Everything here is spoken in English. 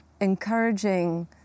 encouraging